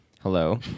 Hello